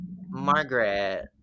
Margaret